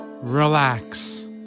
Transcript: Relax